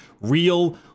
real